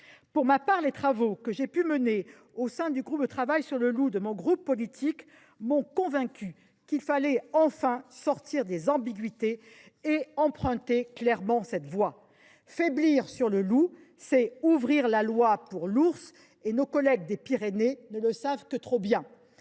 évolution. Mes travaux au sein du groupe de travail sur le loup lancé par mon groupe politique m’en ont convaincue : il faut enfin sortir des ambiguïtés et emprunter clairement cette voie. Faiblir sur le loup, c’est ouvrir la voie pour l’ours – nos collègues des Pyrénées ne le savent que trop bien.